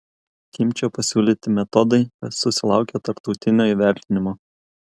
kimčio pasiūlyti metodai susilaukė tarptautinio įvertinimo